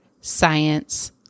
science